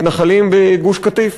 מתנחלים בגוש-קטיף.